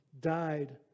died